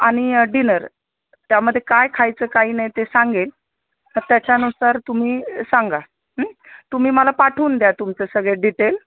आणि डिनर त्यामध्ये काय खायचं काही नाही ते सांगेल तर त्याच्यानुसार तुम्ही सांगा तुम्ही मला पाठवून द्या तुमचे सगळे डिटेल